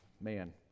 Man